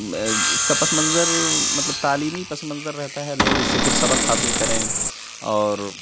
اس کا پس منظر مطلب تعلیمی پس منظر رہتا ہے لوگ اس سے کچھ سبق حاصل کریں اور